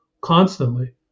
constantly